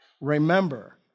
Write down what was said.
Remember